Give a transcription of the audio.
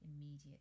immediate